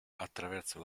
attraverso